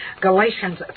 Galatians